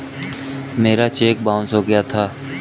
मेरा cheque bounce हो गया था